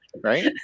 Right